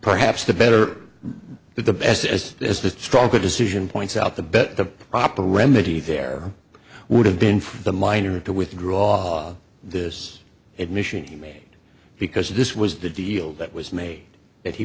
perhaps the better the best as is the stronger decision points out the better the proper remedy there would have been for the minor to withdraw this admission he made because this was the deal that was made that he